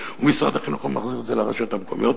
ומשרד החינוך מחזיר את זה לרשויות המקומיות,